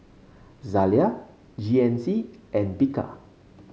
Zalia G N C and Bika